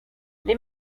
les